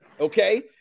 Okay